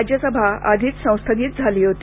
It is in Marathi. राज्यसभा आधीच संस्थगित झाली होती